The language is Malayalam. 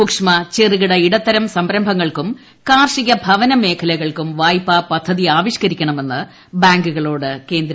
സുക്ഷ്മ ചെറുകിട ഇടത്തരം സ്ഠരംഭങ്ങൾക്കും കാർഷിക ഭവന മേഖലകൾക്കും വായ്പാ പദ്ധതി ആവിഷ്ക്കരിക്കണാമന്ന് ബാങ്കുകളോട് കേന്ദ്ര ധനമന്ത്രി